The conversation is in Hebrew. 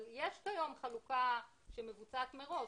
אבל יש כיום חלוקה שמבוצעת מראש.